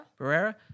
Barrera